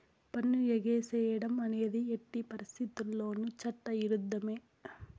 పన్ను ఎగేసేడం అనేది ఎట్టి పరిత్తితుల్లోనూ చట్ట ఇరుద్ధమే